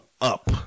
up